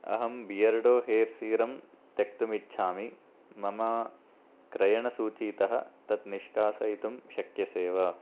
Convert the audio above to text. अहं Beardo hair serum त्यक्तुमिच्छामि मम क्रयणसूचीतः तत् निष्कासयितुं शक्यसे वा